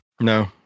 No